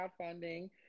crowdfunding